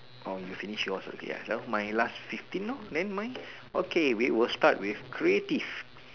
oh you finish yours already ah left my last fifteen lor then mine okay we will start with creative